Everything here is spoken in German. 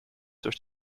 durch